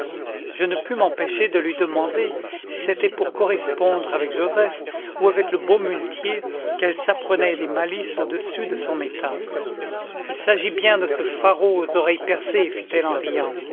je ne pus m'empêcher de lui demander si c'était pour correspondre avec joseph ou avec le beau muletier qu'elle s'apprenait des malices au-dessus de son état il s'agit bien de ce faraud aux oreilles percées fit-elle en riant